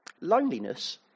Loneliness